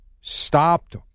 stopped